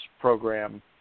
program